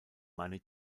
money